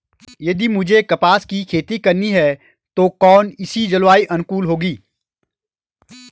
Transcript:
यदि मुझे कपास की खेती करनी है तो कौन इसी जलवायु अनुकूल होगी?